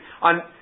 on